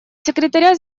секретаря